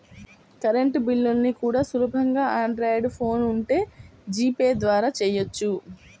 current బిల్లుల్ని కూడా సులువుగా ఆండ్రాయిడ్ ఫోన్ ఉంటే జీపే ద్వారా చెయ్యొచ్చు